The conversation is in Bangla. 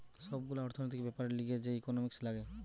সব গুলা অর্থনৈতিক বেপারের লিগে যে ইকোনোমিক্স লাগে